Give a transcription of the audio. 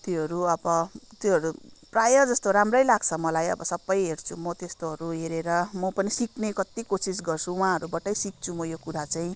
त्योहरू अब त्योहरू प्रायः जस्तो राम्रै लाग्छ मलाई अब सबै हेर्छु म त्यस्तोहरू हेरेर म पनि सिक्ने कति कोसिस गर्छु उहाँहरूबाटै सिक्छु म यो कुरा चाहिँ